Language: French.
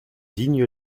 digne